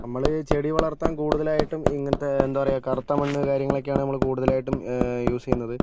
നമ്മൾ ചെടിവളർത്താൻ കൂടുതലായിട്ടും ഇങ്ങനത്തെ എന്താ പറയുക കറുത്ത മണ്ണ് കാര്യങ്ങളൊക്കെയാണ് നമ്മൾ കൂടുതലായിട്ടും യൂസ് ചെയ്യുന്നത്